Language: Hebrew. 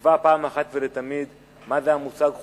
שיקבע אחת ולתמיד מה זה המושג "חוקי",